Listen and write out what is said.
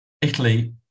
Italy